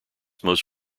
most